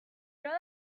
know